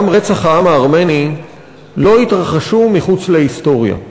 גם רצח העם הארמני לא התרחש מחוץ להיסטוריה.